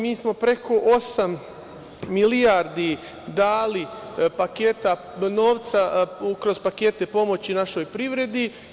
Mi smo preko osam milijardi dali novca kroz pakete pomoći našoj privredi.